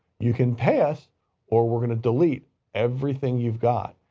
you can pay us or we're going to delete everything you've got.